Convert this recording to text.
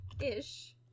Ish